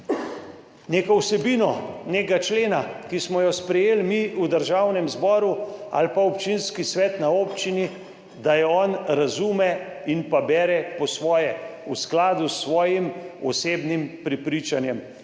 neko vsebino nekega člena, ki smo jo sprejeli mi v Državnem zboru ali pa občinski svet na občini, da je on razume in pa bere po svoje, v skladu s svojim osebnim prepričanjem.